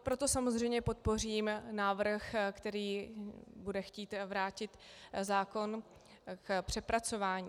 Proto samozřejmě podpořím návrh, který bude chtít vrátit zákon k přepracování.